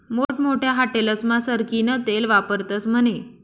मोठमोठ्या हाटेलस्मा सरकीनं तेल वापरतस म्हने